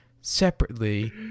separately